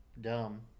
dumb